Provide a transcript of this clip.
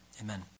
amen